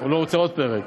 הוא רוצה עוד פרק.